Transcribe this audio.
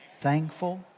thankful